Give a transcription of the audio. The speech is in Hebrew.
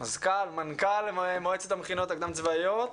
מזכ"ל או מנכ"ל מועצת המכינות הקדם-צבאיות,